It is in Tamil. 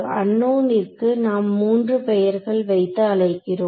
அன்னோன்னிற்கு நாம் மூன்று பெயர்கள் வைத்து அழைக்கிறோம்